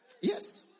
Yes